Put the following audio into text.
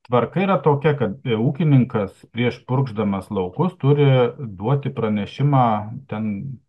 tvarka yra tokia kad ūkininkas prieš purkšdamas laukus turi duoti pranešimą ten